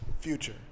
Future